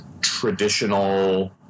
traditional